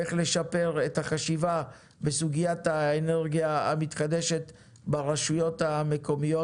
ואיך לשפר את החשיבה בסוגיית האנרגיה המתחדשת ברשויות המקומיות.